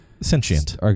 sentient